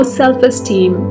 self-esteem